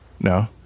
No